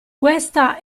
questa